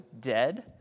dead